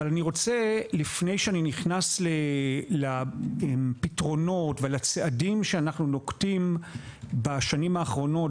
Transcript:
אבל לפני שאני נכנס לפתרונות ולצעדים שאנחנו נוקטים בשנים האחרונות,